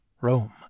Rome